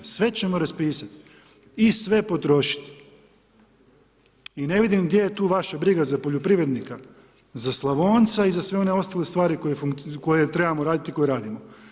Sve ćemo raspisati i sve potrošiti i ne vidim gdje je tu vaša briga za poljoprivrednika, za Slavonca i za sve one ostale stvari koje trebamo raditi i koje radimo.